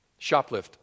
shoplift